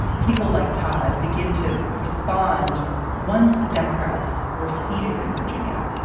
people like todd begin to respond once the democrats were seated in virginia?